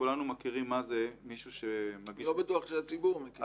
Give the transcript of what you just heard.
כולנו מכירים מה זה --- לא בטוח שהציבור מכיר,